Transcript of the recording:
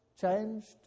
changed